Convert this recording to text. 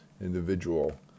individual